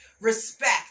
respect